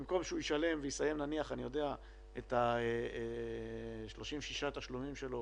במקום שהוא ישלם ויסיים נניח את 36 התשלומים שלו